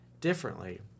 differently